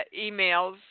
emails